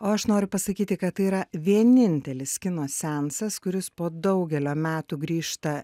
o aš noriu pasakyti kad tai yra vienintelis kino seansas kuris po daugelio metų grįžta